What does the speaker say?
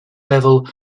level